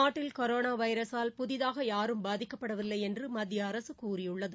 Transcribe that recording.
நாட்டில் கொரோனா வைரஸால் புதிதாக யாரும் பாதிக்கப்படவில்லை என்று மத்திய அரசு கூறியுள்ளது